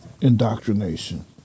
indoctrination